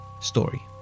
story